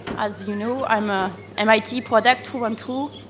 as you know, i'm a mit product through and through.